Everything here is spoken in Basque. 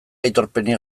aitorpenik